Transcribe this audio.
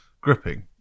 gripping